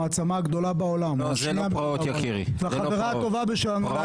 המעצמה הגדולה בעולם והחברה הטובה שלנו,